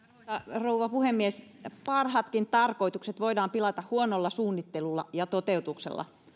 rouva puhemies parhaatkin tarkoitukset voidaan pilata huonolla suunnittelulla ja toteutuksella